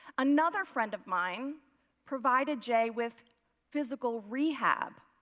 another friend of mine provided jay with physical rehab.